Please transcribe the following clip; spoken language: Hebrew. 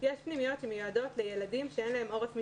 יש פנימיות שמיועדות לילדים שאין להם עורף משפחתי.